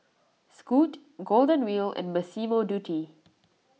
Scoot Golden Wheel and Massimo Dutti